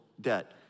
debt